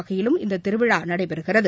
வகையிலும் இந்த திருவிழா நடைபெறுகிறது